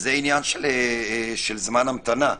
עניין של זמן המתנה.